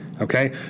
Okay